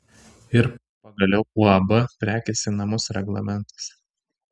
ir pagaliau uab prekės į namus reglamentas